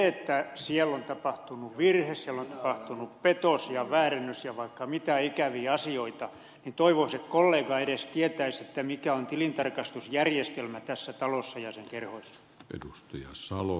vaikka siellä on tapahtunut virhe siellä on tapahtunut petos ja väärennös ja vaikka mitä ikäviä asioita niin toivoisin että kollega edes tietäisi mikä on tilintarkastusjärjestelmä tässä talossa ja sen kerhoissa